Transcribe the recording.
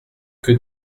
que